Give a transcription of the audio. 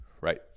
right